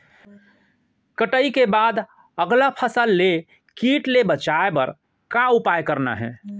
कटाई के बाद अगला फसल ले किट ले बचाए बर का उपाय करना हे?